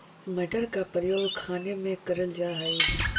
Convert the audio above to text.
मटर का प्रयोग खाने में करल जा हई